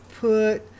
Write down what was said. put